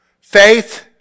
Faith